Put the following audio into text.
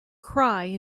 cry